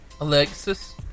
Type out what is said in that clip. Alexis